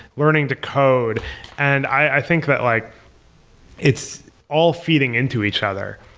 learning to code and i think that like it's all feeding into each other,